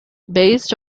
based